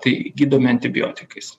tai gydomi antibiotikais